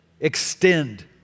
extend